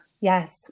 yes